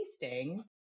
tasting